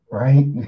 right